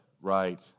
right